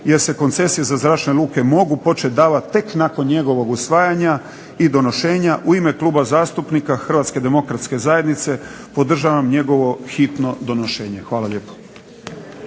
jer se koncesije za zračne luke mogu početi davati tek nakon njegovog usvajanja i donošenje u ime Kluba zastupnika HDZ-a podržavam njegovo hitno donošenje. Hvala lijepo.